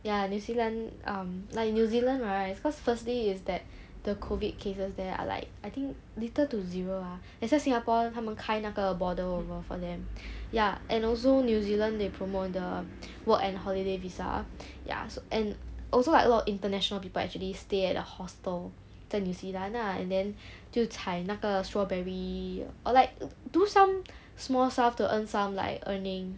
ya new zealand um like new zealand right cause firstly is that the COVID cases there are like I think little to zero ah that's why singapore 他们开那个 border over for them ya and also new zealand they promote the work and holiday visa ya so and also like a lot of international people actually stay at a hostel 在 new zealand lah and then 就采那个 strawberry or like do some small sell to earn some like earning